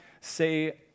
say